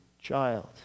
child